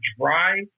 dry